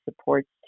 supports